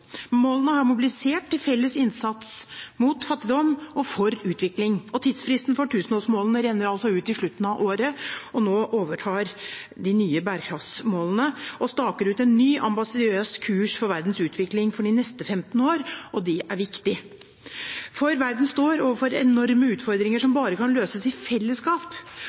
Målene har mobilisert til felles innsats mot fattigdom og for utvikling, og tidsfristen for tusenårsmålene renner altså ut i slutten av året. Nå overtar de nye bærekraftsmålene og staker ut en ny ambisiøs kurs for verdens utvikling for de neste 15 år. Det er viktig, for verden står overfor enorme utfordringer som bare kan løses i fellesskap.